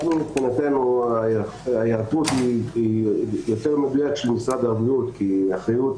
מבחינתנו ההיערכות היא לפי משרד הבריאות כי אחריות